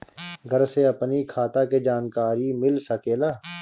घर से अपनी खाता के जानकारी मिल सकेला?